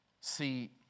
See